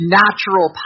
natural